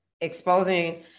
exposing